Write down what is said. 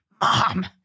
Mom